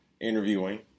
Interviewing